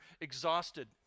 exhausted